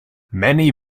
many